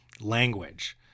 language